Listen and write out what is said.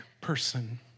person